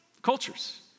cultures